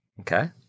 Okay